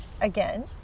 Again